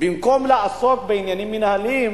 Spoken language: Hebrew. במקום לעסוק בעניינים מינהליים.